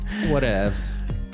whatevs